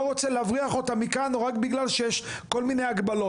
רוצה להבריח אותם מכאן או רק בגלל שיש כל מיני הגבלות.